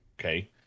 okay